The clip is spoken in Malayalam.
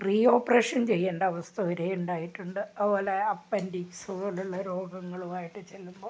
റി ഓപ്പറേഷൻ ചെയ്യേണ്ട അവസ്ഥ വരെ ഉണ്ടായിട്ടുണ്ട് അതുപോലെ അപ്പൻഡിക്സ് പോലെയുള്ള രോഗങ്ങളുമായിട്ട് ചെല്ലുമ്പോൾ